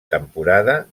temporada